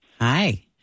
Hi